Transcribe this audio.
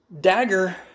dagger